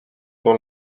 dans